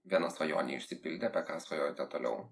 viena svajonė išsipildė apie ką svajojate toliau